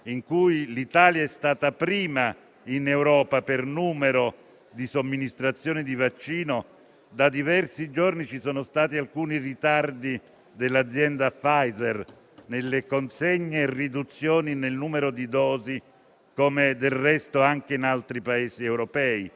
Il Paese ha davanti una sfida epocale. Le comunicazioni rese dal Presidente del Consiglio dei ministri nella seduta di ieri in quest'Aula hanno avuto il merito di chiarire l'ampio respiro riformatore che servirà al nostro Paese per uscire da questa drammatica fase.